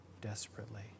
desperately